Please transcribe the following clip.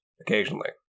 occasionally